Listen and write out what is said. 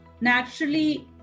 naturally